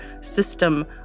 system